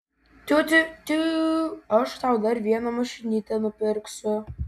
tiu tiu tiū aš tau dar vieną mašinytę nupirksiu